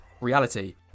Reality